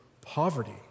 poverty